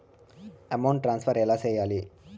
amount transfer ఎలా సేయాలి